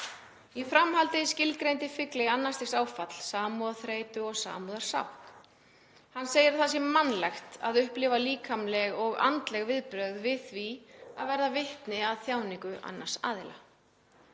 Í framhaldi skilgreindi Figley annars stigs áfall, samkenndarþreytu og samkenndarsátt. Hann segir mannlegt að upplifa líkamleg og andleg viðbrögð við því að verða vitni að þjáningu annara.